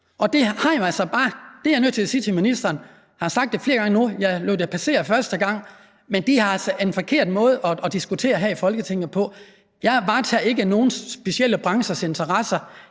Det er jeg nødt til at sige til ministeren, som har sagt det flere gange nu, selv om jeg lod det passere første gang: Det er altså en forkert måde at diskutere på her i Folketinget. Jeg varetager ikke nogle specielle branchers interesser.